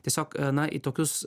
tiesiog na į tokius